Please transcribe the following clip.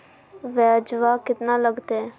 ब्यजवा केतना लगते?